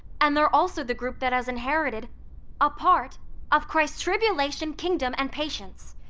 and they're also the group that has inherited a part of christ's tribulation, kingdom, and patience.